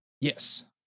yes